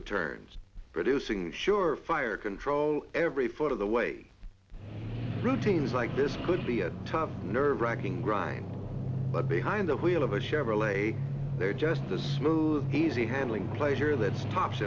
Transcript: of turns producing the sure fire control ever the way routines like this could be a tough nerve racking grind but behind the wheel of a chevrolet they're just the smooth easy handling pleasure that stops